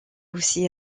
aussi